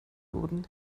wurden